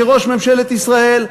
כראש ממשלת ישראל,